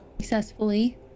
Successfully